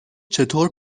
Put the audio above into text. چطور